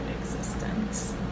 existence